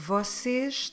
Vocês